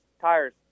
tires